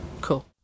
Cool